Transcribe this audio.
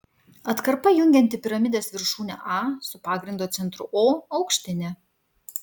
atkarpa jungianti piramidės viršūnę a su pagrindo centru o aukštinė